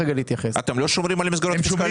אתם לא שומרים על המסגרות הפיסקליות?